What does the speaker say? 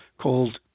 called